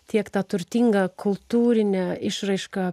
tiek ta turtinga kultūrinė išraiška